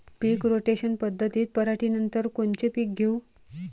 पीक rotation पद्धतीत पराटीनंतर कोनचे पीक घेऊ?